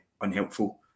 unhelpful